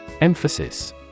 Emphasis